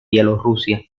bielorrusia